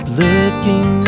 looking